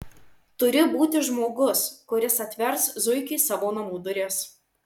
turi būti žmogus kuris atvers zuikiui savo namų duris